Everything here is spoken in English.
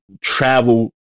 travel